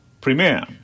premier